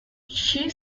she